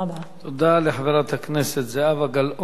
תודה לחברת הכנסת זהבה גלאון.